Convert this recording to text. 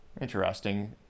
Interesting